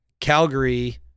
Calgary